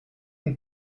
une